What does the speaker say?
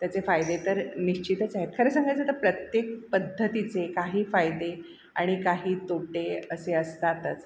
त्याचे फायदे तर निश्चितच आहेत खरं सांगायचं तर प्रत्येक पद्धतीचे काही फायदे आणि काही तोटे असे असतातच